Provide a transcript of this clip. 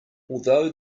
although